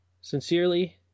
Sincerely